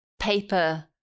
paper